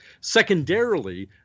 Secondarily